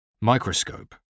microscope